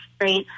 right